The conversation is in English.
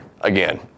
again